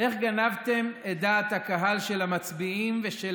איך גנבתם את דעת הקהל של המצביעים ושל